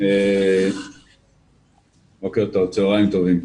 צוהריים טובים,